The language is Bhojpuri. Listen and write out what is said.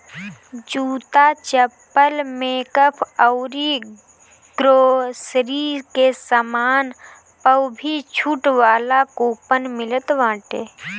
जूता, चप्पल, मेकअप अउरी ग्रोसरी के सामान पअ भी छुट वाला कूपन मिलत बाटे